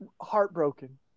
heartbroken